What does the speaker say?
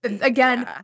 again